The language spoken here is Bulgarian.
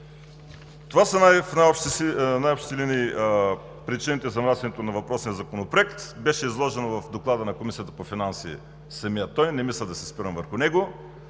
Това са в най-общи линии причините за внасянето на въпросния законопроект. Беше изложено в Доклада на Комисията по бюджет и финанси, не мисля да се спирам върху него